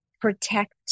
protect